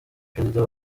perezida